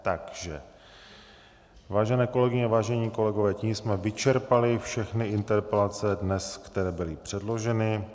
Takže vážené kolegyně, vážení kolegové, tím jsme vyčerpali dnes všechny interpelace, které byly předloženy.